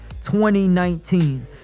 2019